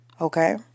Okay